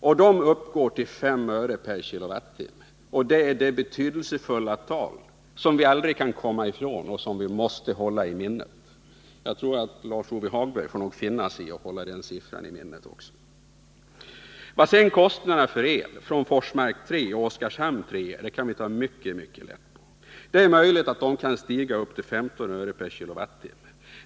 Och dessa uppgår till 5 öre kWh.